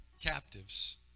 captives